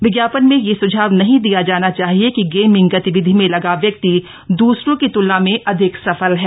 विज्ञापन में यह सुझाव नहीं दिया जाना चाहिए कि गेमिंग गतिविधि में लगा व्यक्ति दूसरों की तुलना में अधिक सफल है